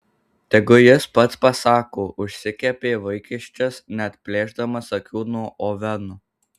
tegu jis pats pasako užsikepė vaikiščias neatplėšdamas akių nuo oveno